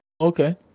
Okay